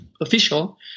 official